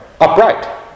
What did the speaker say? upright